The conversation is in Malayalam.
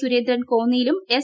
സുരേന്ദ്രൻ കോന്നിയിലും എസ്